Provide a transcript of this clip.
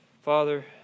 Father